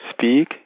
speak